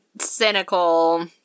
cynical